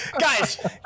Guys